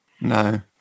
No